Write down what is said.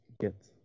get